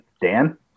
Dan